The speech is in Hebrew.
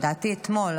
לדעתי אתמול,